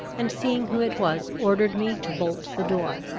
and, seeing who it was, ordered me to bolt the door.